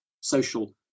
social